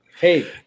Hey